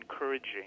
encouraging